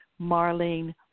Marlene